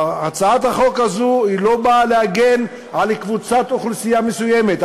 הצעת החוק הזו לא באה להגן על קבוצת אוכלוסייה מסוימת,